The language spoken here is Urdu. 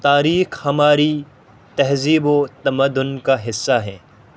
تاریخ ہماری تہذیب و تمدن کا حصہ ہے